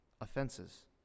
offenses